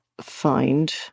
find